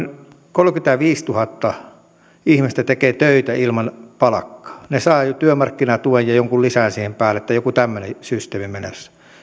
kolmekymmentäviisituhatta ihmistä tekee töitä ilman palkkaa he saavat jo työmarkkinatuen ja jonkun lisän siihen päälle joku tämmöinen systeemi on menossa